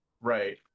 Right